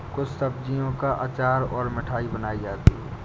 कुछ सब्जियों का अचार और मिठाई बनाई जाती है